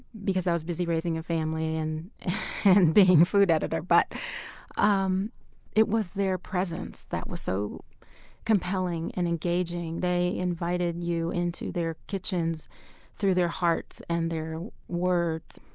because i was busy raising a family and and being a food editor, but um it was their presence that was so compelling and engaging. they invited you into their kitchens through their hearts and their words.